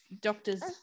doctors